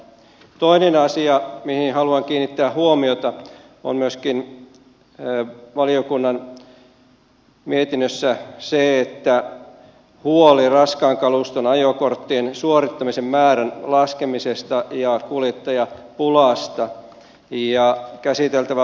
toinen asia mihin haluan kiinnittää huomiota on myöskin valiokunnan mietinnössä huoli raskaan kaluston ajokorttien suorittamisen määrän laskemisesta ja kuljettajapulasta